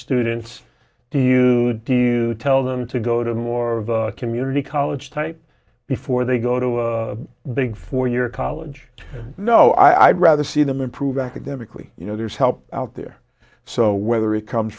students do you do you tell them to go to more community college type before they go to a big four year college no i'd rather see them improve academically you know there's help out there so whether it comes